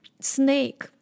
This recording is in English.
Snake